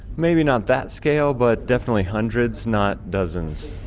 maybe not that scale, but definitely hundreds, not dozens.